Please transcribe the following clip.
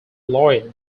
loyal